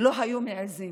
לא היו מעיזים.